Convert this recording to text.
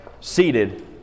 seated